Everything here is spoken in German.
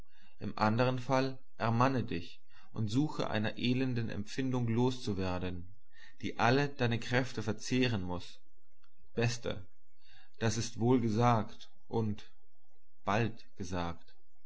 im anderen fall ermanne dich und suche einer elenden empfindung los zu werden die alle deine kräfte verzehren muß bester das ist wohl gesagt und bald gesagt